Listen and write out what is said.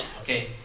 okay